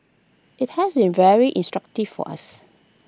IT has been very instructive for us